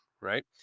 right